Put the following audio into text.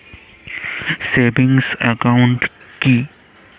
Savings account কি?